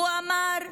הוא אמר,